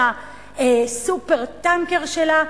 עם ה"סופר-טנקר" שלה,